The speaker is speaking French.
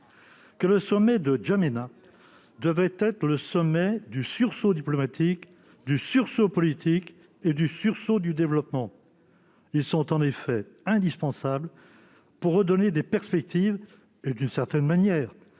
que le sommet de N'Djamena devait être celui « du sursaut diplomatique, du sursaut politique et du sursaut du développement ». Ces trois volets sont en effet indispensables pour redonner des perspectives, et d'une certaine manière